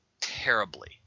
terribly